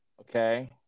okay